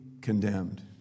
condemned